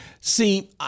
See